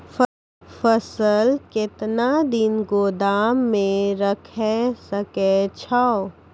फसल केतना दिन गोदाम मे राखै सकै छौ?